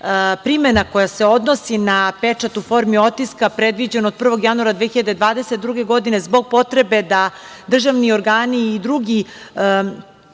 primena koja se odnosi na pečat u formi otiska predviđena od 1. januara 2022. godine, zbog potrebe da državni organi i drugi